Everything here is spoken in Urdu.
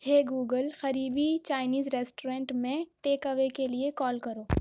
ہے گوگل قریبی چائینیز ریسٹورنٹ میں ٹیک اوے کے لیے کال کرو